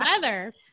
weather